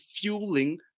fueling